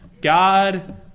God